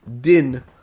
din